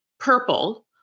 purple